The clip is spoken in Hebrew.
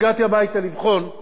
ואני לא צדיק כזה גדול,